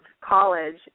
college